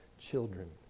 children